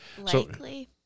Likely